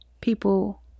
people